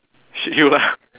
shit you lah